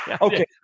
okay